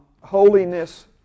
holiness